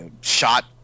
shot